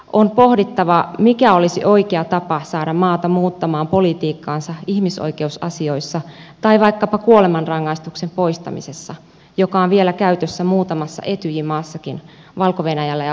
on pohdittava mikä olisi oikea tapa saada maata muuttamaan politiikkaansa ihmisoikeusasioissa tai vaikkapa kuolemanrangaistuksen poistamisessa joka on vielä käytössä muutamassa etyj maassakin valko venäjällä ja usassa